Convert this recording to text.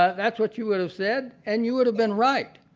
that's what you would have said, and you would have been right,